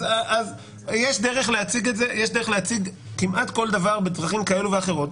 אז יש דרך להציג כמעט כל דבר בדרכים כאלה ואחרות.